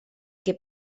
que